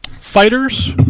Fighters